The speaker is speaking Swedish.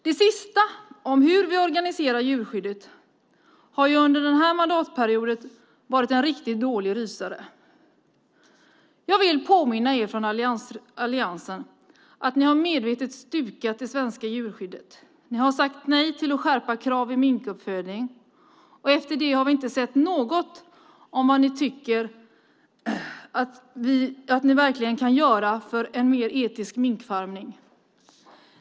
Det sista, hur vi organiserar djurskyddet, har under den här mandatperioden varit en riktigt dålig rysare. Jag vill påminna er i alliansen om att ni medvetet har stukat det svenska djurskyddet. Ni har sagt nej till att skärpa kraven vid minkuppfödning. Och efter det har vi inte sett något om vad ni tycker att man kan göra för att få en mer etisk minkfarmning.